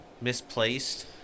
misplaced